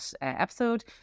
episode